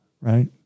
right